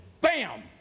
bam